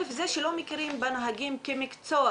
זה שלא מכירים בנהגים כמקצוע,